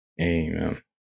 amen